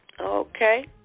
Okay